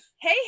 Hey